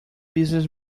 business